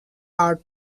are